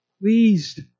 pleased